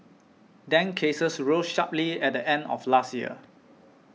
dengue cases rose sharply at the end of last year